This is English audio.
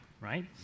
right